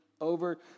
over